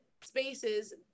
spaces